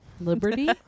liberty